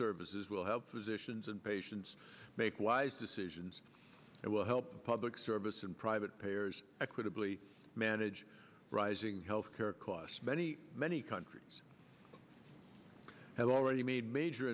services will help physicians and patients make wise decisions and will help the public service and private payers equitably manage rising health care costs many many countries have already made major